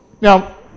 Now